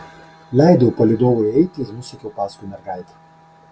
leidau palydovui eiti ir nusekiau paskui mergaitę